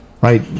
right